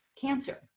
cancer